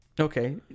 Okay